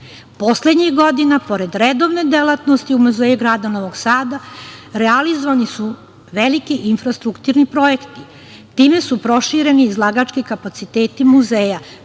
umetnosti. Poslednjih godina, pored redovne delatnosti u Muzeju grada Novog Sada, realizovani su veliki infrastrukturni projekti. Time su prošireni izlagački kapaciteti muzeja.